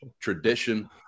tradition